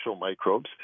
microbes